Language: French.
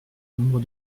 nombre